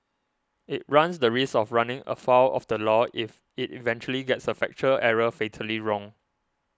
it runs the risk of running afoul of the law if it eventually gets a factual error fatally wrong